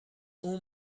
اون